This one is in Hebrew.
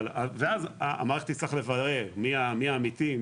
ואז המערכת תצטרך לברר מי האמיתי,